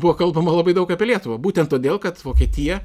buvo kalbama labai daug apie lietuvą būtent todėl kad vokietija